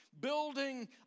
building